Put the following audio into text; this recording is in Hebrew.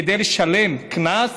כדי לשלם קנס?